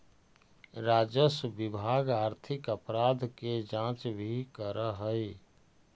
राजस्व विभाग आर्थिक अपराध के जांच भी करऽ हई